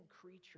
creature